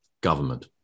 government